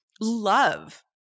love